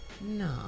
No